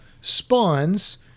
spawns